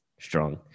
strong